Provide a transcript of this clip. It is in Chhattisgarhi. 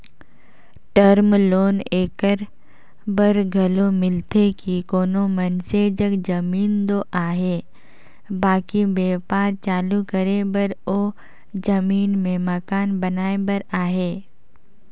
टर्म लोन एकर बर घलो मिलथे कि कोनो मइनसे जग जमीन दो अहे बकि बयपार चालू करे बर ओ जमीन में मकान बनाए बर अहे